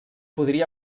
podria